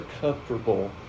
comfortable